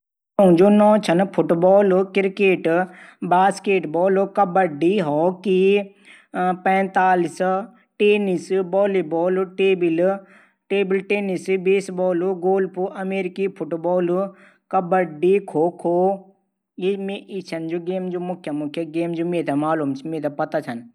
तबला, ढोल दमाऊ, मसुक, गिटार, सितार, बांसुरी, पियानो।